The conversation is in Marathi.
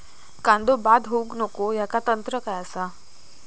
कांदो बाद होऊक नको ह्याका तंत्र काय असा?